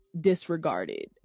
disregarded